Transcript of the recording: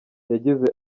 yagize